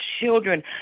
children